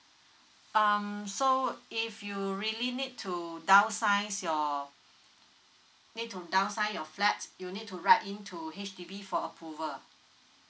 um so if you really need to down size your need to down size your flaps you need to write in to H_D_B for approval